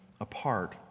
apart